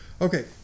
okay